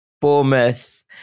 Bournemouth